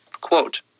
quote